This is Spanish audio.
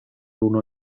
uno